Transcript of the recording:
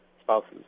spouses